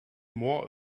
more